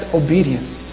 obedience